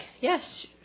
yes